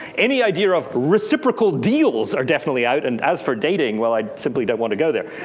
any idea of reciprocal deals are definitely out. and as for dating, well i simply don't want to go there.